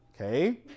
Okay